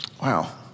Wow